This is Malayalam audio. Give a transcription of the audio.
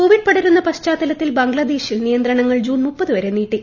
കോവിഡ് പടരുന്ന പശ്ചാത്തലത്തിൽ ബംഗ്ലാദേശിൽ നിയന്ത്രണങ്ങൾ ജൂൺ ദാ വരെ നീട്ടി